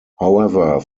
however